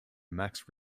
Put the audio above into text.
max